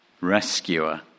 rescuer